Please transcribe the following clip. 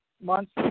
months